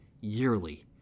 yearly